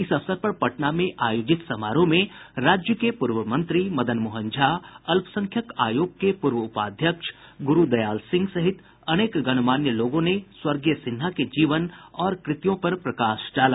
इस अवसर पर पटना में आयोजित समारोह में राज्य के पूर्व मंत्री मदन मोहन झा अल्पसंख्यक आयोग के पूर्व उपाध्यक्ष गुरूदयाल सिंह सहित अनेक गणमान्य लोगों ने स्वर्गीय सिन्हा के जीवन और कृतियों पर प्रकाश डाला